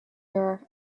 her